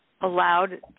allowed